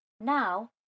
Now